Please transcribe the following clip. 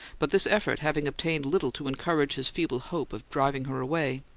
but this effort having obtained little to encourage his feeble hope of driving her away,